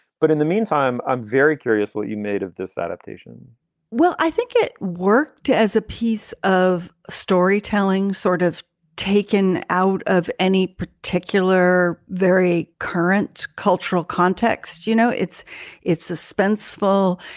but in the meantime, i'm very curious what you made of this adaptation well, i think it worked to as a piece of storytelling, sort of taken out of any particular very current cultural context. you know, it's it's suspenseful.